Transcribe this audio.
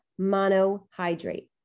monohydrate